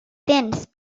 tens